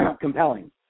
compelling